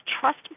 trust